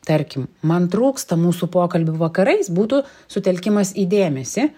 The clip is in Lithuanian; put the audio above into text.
tarkim man trūksta mūsų pokalbių vakarais būtų sutelkimas į dėmesį